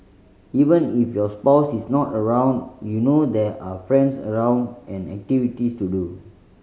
even if your spouse is not around you know there are friends around and activities to do